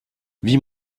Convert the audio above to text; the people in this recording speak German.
wie